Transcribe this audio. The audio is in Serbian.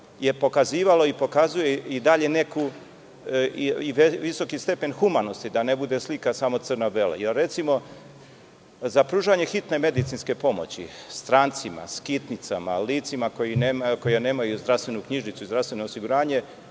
je pokazivalo i pokazuje neki visok stepen humanosti, da ne bude slika samo crno belo, jer recimo, za pružanje hitne medicinske pomoći strancima, skitnicama, licima koje nemaju zdravstvenu knjižicu i zdravstveno osiguranje